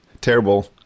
terrible